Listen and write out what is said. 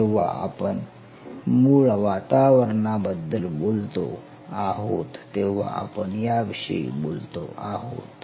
जेव्हा आपण मूळ वातावरणाबद्दल बोलतो आहोत तेव्हा आपण याविषयी बोलतो आहोत